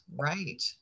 right